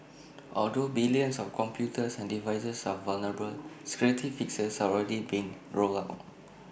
although billions of computers and devices are vulnerable security fixes are already being rolled out